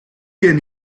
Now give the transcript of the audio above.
gen